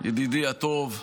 ידידי הטוב,